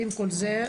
ועם כל זה,